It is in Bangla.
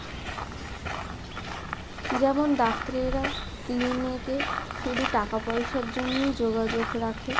যেমন ডাক্তারেরা ক্লিনিকে শুধু টাকা পয়সার জন্যেই যোগাযোগ রাখে